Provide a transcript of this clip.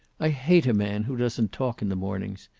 i hate a man who doesn't talk in the mornings.